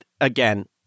again